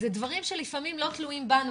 היא דבר שלא תלוי בנו,